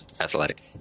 athletic